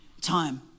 time